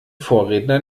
vorredner